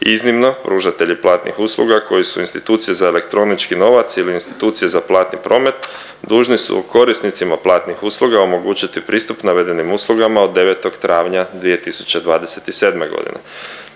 Iznimno, pružatelji platnih usluga koji su institucije za elektronički novac ili institucije za platni promet dužni su korisnicima platnih usluga omogućiti pristup navedenim uslugama od 09. travnja 2027. godine.